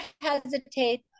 hesitate